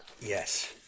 Yes